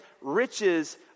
riches